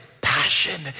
passion